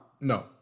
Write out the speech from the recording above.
No